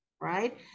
right